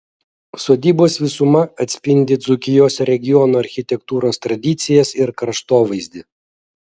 sodybos visuma atspindi dzūkijos regiono architektūros tradicijas ir kraštovaizdį